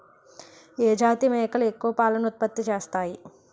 ఏ జాతి మేకలు ఎక్కువ పాలను ఉత్పత్తి చేస్తాయి?